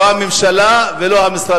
לא הממשלה ולא המשרד.